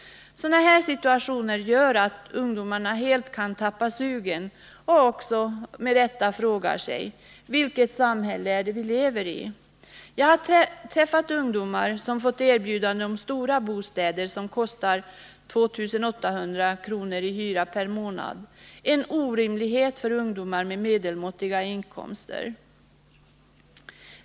Sådana här situationer gör att ungdomen helt kan tappa sugen, och med rätta frågar de: Vilket samhälle är det vi lever i? Jag har träffat ungdomar som har fått erbjudande om stora bostäder som kostar 2 800 kr. i hyra per månad — en orimlighet för ungdomar med medelmåttiga inkomster.